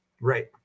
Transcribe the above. Right